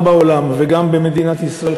גם בעולם וגם במדינת ישראל,